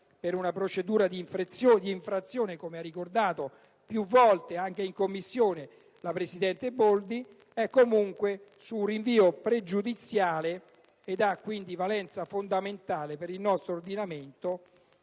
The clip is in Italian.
di una procedura d'infrazione, come ha ricordato più volte anche in Commissione la presidente Boldi, ma per un rinvio pregiudiziale, ha comunque valenza fondamentale per il nostro ordinamento,